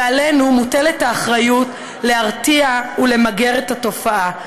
ועלינו מוטלת האחריות להרתיע ולמגר את התופעה.